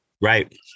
Right